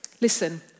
Listen